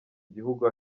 igihugu